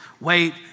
Wait